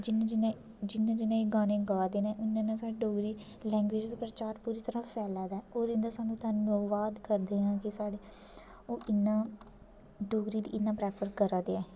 जिन्ने जिन्ने जिन्ने जिन्ने एह गाने गा दे न उन्ना उन्ना साढ़े डोगरी लैंग्वेज़ प्रचार पूरी तरह् फैला दा ऐ होर इंदा सानू धन्नबाद करदे आं जे साढ़े ओह् इन्ना डोगरी दी इन्ना प्रैफ़र करा दे ऐं